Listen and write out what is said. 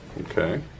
okay